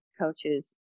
coaches